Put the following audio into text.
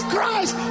Christ